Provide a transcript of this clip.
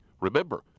Remember